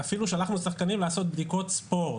אפילו שלחנו שחקנים לעשות בדיקות ספורט.